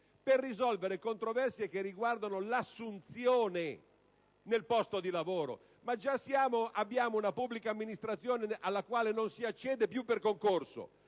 per risolvere controversie che riguardano l'assunzione nel posto di lavoro. Già abbiamo una pubblica amministrazione alla quale non si accede più per concorso;